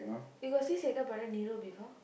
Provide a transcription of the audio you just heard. you got see Sekar brother Niru before